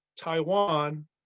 Taiwan